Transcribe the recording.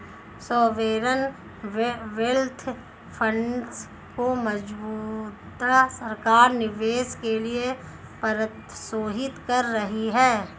sovereign wealth funds को मौजूदा सरकार निवेश के लिए प्रोत्साहित कर रही है